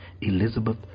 Elizabeth